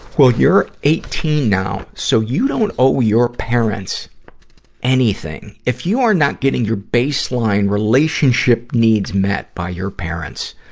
well, you're eighteen now, so you don't owe your parents anything. if you are not getting your baseline relationship needs met by your parents,